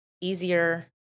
easier